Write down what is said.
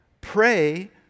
pray